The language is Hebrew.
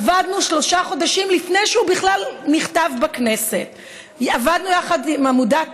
עבדנו שלושה חודשים לפני שהוא בכלל נכתב בכנסת עבדנו עם עמותת